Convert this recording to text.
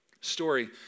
story